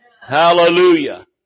Hallelujah